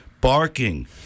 barking